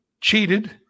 cheated